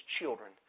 children